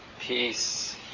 peace